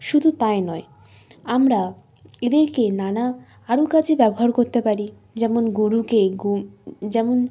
শুধু তাই নয় আমরা এদেরকে নানা আরও কাজে ব্যবহার করতে পারি যেমন গোরুকে যেমন